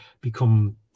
become